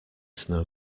snow